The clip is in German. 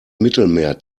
mittelmeer